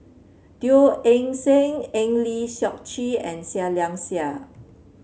Teo Eng Seng Eng Lee Seok Chee and Seah Liang Seah